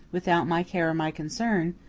without my care or my concern,